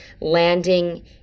landing